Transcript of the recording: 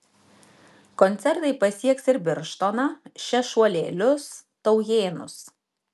koncertai pasieks ir birštoną šešuolėlius taujėnus